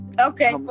Okay